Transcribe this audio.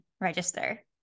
register